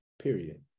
period